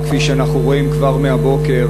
כפי שאנחנו רואים כבר מהבוקר,